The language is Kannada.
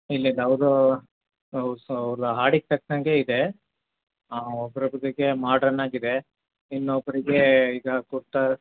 ಇಲ್ಲಿದು ಯಾವುದು ಸೊ ಅವ್ರ ಹಾಡಿಗೆ ತಕ್ಕಂಗೆ ಇದೆ ಹಾಂ ಒಬ್ರೊಬ್ಬರಿಗೆ ಮಾಡ್ರನ್ ಆಗಿದೆ ಇನ್ನೊಬ್ಬರಿಗೆ ಇದು ಕುರ್ತಾ